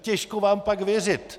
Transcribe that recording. Těžko vám pak věřit!